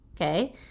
okay